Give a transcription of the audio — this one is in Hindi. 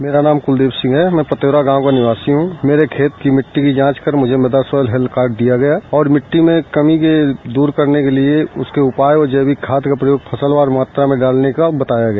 मेरा नाम कुलदीप सिंह है मैं पित्तौरा गांव का निवासी हूं मेरे खेत की मिट्टी की जांच कर मुझे मृदा स्वास्थ्य हेल्य कार्ड दिया गया और मिट्टी में कमी को दूर करने के लिए उसके उपाय और जैविक खाद का उपयोग फसलवार मात्रा में डालने का बताया गया